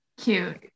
Cute